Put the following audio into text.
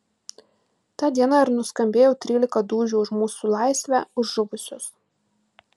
tą dieną ir nuskambėjo trylika dūžių už mūsų laisvę už žuvusius